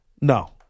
No